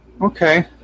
Okay